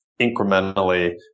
incrementally